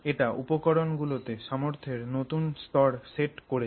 এটা উপকরণ গুলোতে সামর্থ্যের নতুন স্তর সেট করেছে